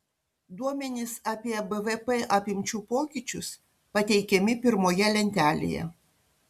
duomenys apie bvp apimčių pokyčius pateikiami pirmoje lentelėje